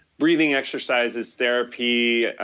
breathing exercises, therapy,